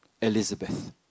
Elizabeth